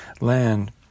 land